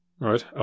Right